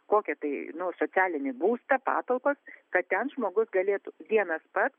kokią tai socialinį būstą patalpas kad ten žmogus galėtų vienas pats